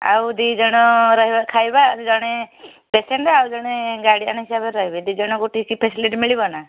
ଆଉ ଦୁଇ ଜଣ ରହିବା ଖାଇବା ଜଣେ ପେସେଣ୍ଟ୍ ଆଉ ଜଣେ ଗାର୍ଡିଏନ୍ ହିସାବରେ ରହିବେ ଦୁଇ ଜଣଙ୍କୁ ଗୋଟିଏ ସେ ଫ୍ୟାସିଲିଟି ମିଳିବ ନା